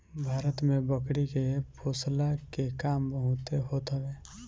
भारत में बकरी के पोषला के काम बहुते होत हवे